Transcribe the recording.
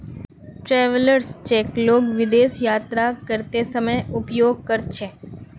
travellers cheque लोग विदेश यात्रा करते समय उपयोग कर छे